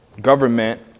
government